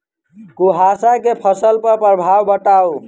कुहासा केँ फसल पर प्रभाव बताउ?